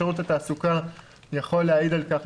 שירות התעסוקה יכול להעיד על כך,